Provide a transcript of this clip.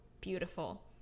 beautiful